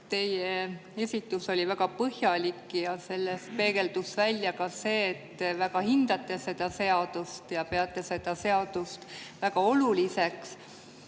Teie esitus oli väga põhjalik ja selles peegeldus ka see, et te väga hindate seda seadust ja peate seda seadust väga oluliseks.